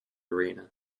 arena